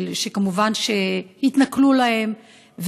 שכמובן התנכלו להם,